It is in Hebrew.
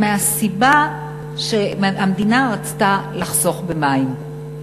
מהסיבה שהמדינה רצתה לחסוך במים?